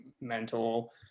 mental